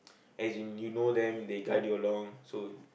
as in you know them they guide you along so